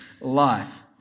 life